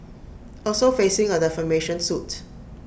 also facing A defamation suit